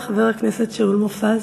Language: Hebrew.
חבר הכנסת שאול מופז.